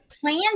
plan